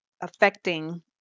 affecting